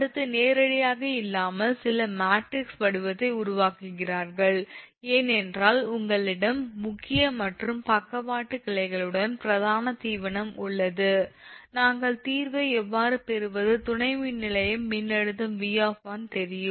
அடுத்து நேரடியாக இல்லாமல் சில மேட்ரிக்ஸ் வடிவத்தை உருவாக்குவார்கள் ஏனென்றால் எங்களிடம் முக்கிய மற்றும் பக்கவாட்டு கிளைகளுடன் பிரதான தீவனம் உள்ளது நாங்கள் தீர்வை எவ்வாறு பெறுவது துணை மின்நிலையம் மின்னழுத்தம் V 1 தெரியும்